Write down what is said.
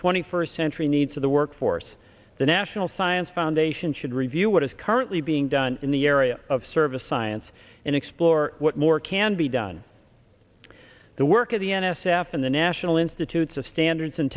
twenty first century needs of the workforce the national side and foundation should review what is currently being done in the area of service science and explore what more can be done the work of the n s f and the national institutes of standards and